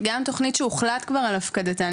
גם תוכנית שהוחלט כבר על הפקדתן,